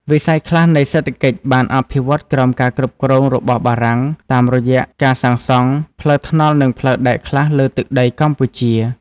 វិស័យខ្លះនៃសេដ្ឋកិច្ចបានអភិវឌ្ឍក្រោមការគ្រប់គ្រងរបស់បារាំង តាមរយះការសាងសង់ ផ្លូវថ្នល់និងផ្លូវដែកខ្លះលើទឹកដីកម្ពុជា។